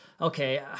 okay